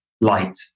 light